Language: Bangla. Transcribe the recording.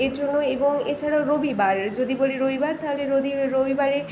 এর জন্য এবং এছাড়াও রবিবার যদি বলি রবিবার তাহলে রবি রবিবারে